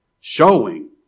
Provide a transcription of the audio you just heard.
Showing